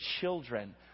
children